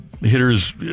hitters